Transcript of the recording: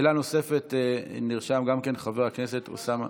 לשאלה נוספת נרשם גם חבר הכנסת אוסמה,